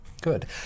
Good